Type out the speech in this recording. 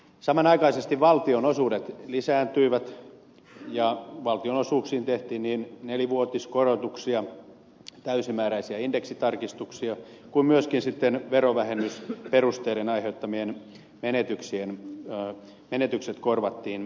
samanaikaisesti valtionosuudet lisääntyivät ja valtionosuuksiin tehtiin niin nelivuotiskorotuksia kuin täysimääräisiä indeksitarkistuksia ja myöskin sitten verovähennysperusteiden aiheuttamat menetykset korvattiin täysin